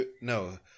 No